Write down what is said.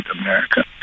America